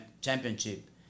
championship